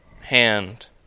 hand